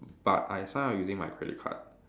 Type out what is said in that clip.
but I sign up using my credit card